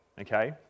okay